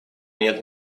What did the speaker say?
нет